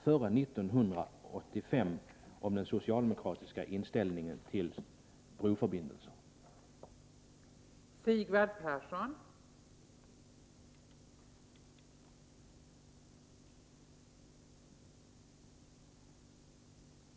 Kommer vi att få ett besked beträffande den socialdemokratiska inställningen till en broförbindelse före 1985?